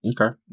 Okay